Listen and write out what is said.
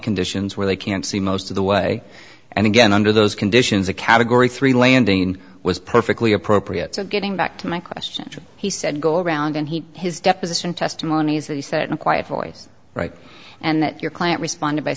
conditions where they can't see most of the way and again under those conditions a category three landing was perfectly appropriate so getting back to my question he said go around and he his deposition testimony is that he said in a quiet voice right and that your client responded by